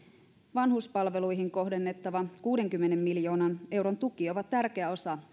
vanhuspalveluihin kohdennettava kuudenkymmenen miljoonan euron tuki ovat tärkeä osa